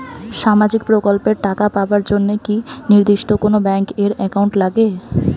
সামাজিক প্রকল্পের টাকা পাবার জন্যে কি নির্দিষ্ট কোনো ব্যাংক এর একাউন্ট লাগে?